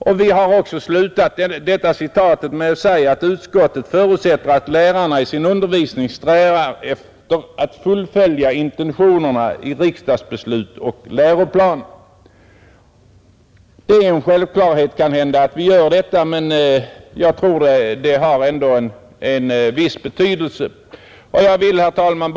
Vi skriver också, efter att ha anfört detta citat, att utskottet förutsätter att lärarna i sin undervisning strävar efter att fullfölja intentionerna i riksdagsbeslut och läroplan. Det är kanhända en självklarhet att vi gör detta, men jag tror att det ändå har en viss betydelse. Herr talman!